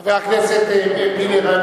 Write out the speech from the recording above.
חבר הכנסת מילר,